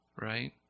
right